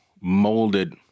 molded